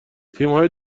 تیمهای